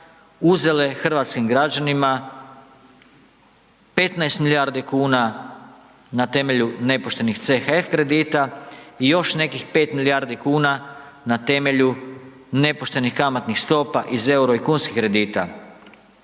uzele hrvatskim građanima 15 milijardi kuna na temelju nepoštenih CHF kredita i još nekih 5 milijardi kuna na temelju nepoštenih kamatnih stopa iz eura i kunskih kredita.